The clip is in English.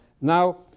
Now